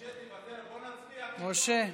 משה,